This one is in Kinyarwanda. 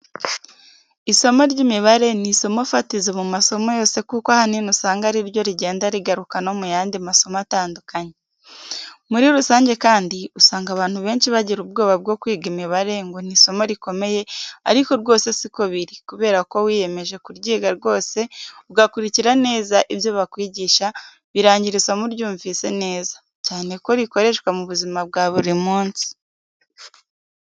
Isomo ry'imibare ni isomo fatizo mu masomo yose kuko ahanini usanga ariryo rigenda rigaruka no mu yandi masomo atandukanye. Muri rusange kandi usanga abantu benshi bagira ubwoba bwo kwiga imibare ngo ni isomo rikomeye ariko rwose si ko biri kubera ko wiyemeje kuryiga rwose ugakurikira neza ibyo bakwigisha birangira isomo uryumvise neza cyane ko rikoreshwa mu buzima bwa buri munsi.